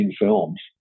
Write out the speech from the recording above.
films